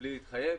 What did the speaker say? בלי להתחייב,